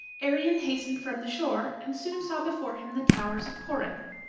arion hastened from the shore, and soon saw before him the towers of corinth.